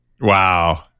Wow